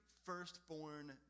firstborn